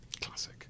Classic